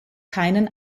keinen